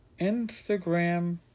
Instagram